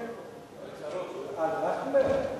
על טרכטנברג?